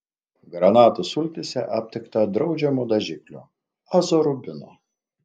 granatų sultyse aptikta draudžiamo dažiklio azorubino